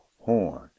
Horn